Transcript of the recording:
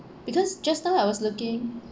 because just now I was looking